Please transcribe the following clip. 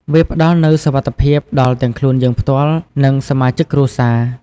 វាផ្តល់នូវសុវត្ថិភាពដល់ទាំងខ្លួនយើងផ្ទាល់ និងសមាជិកគ្រួសារ។